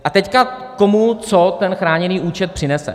A teď komu, co ten chráněný účet přinese.